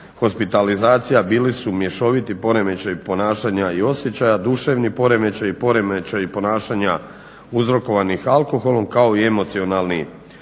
hospitalizacija bili su mješoviti poremećaji ponašanja i osjećaja, duševni poremećaj, poremećaj ponašanja uzrokovanih alkoholom kao i emocionalni